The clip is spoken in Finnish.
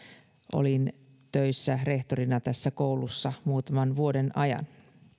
olin tässä töissä rehtorina koulussa muutaman vuoden ajan